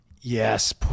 Yes